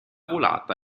volata